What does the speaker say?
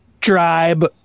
tribe